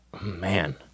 Man